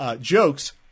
jokes